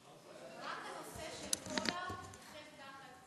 רק הנושא של פולארד איחד ככה את כולם.